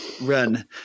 run